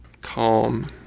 calm